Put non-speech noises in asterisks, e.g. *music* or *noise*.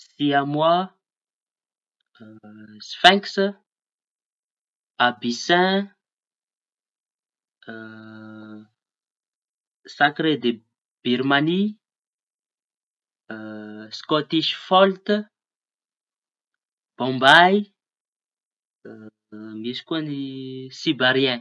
Siamoa, s- sfinksy, apisain, *hesitation* sakre de Birmanie, *hesitation* skotisfolta, bômbay, *hesitation* misy koa ny sibariain.